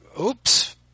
Oops